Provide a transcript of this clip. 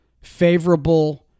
favorable